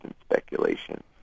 speculation